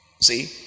see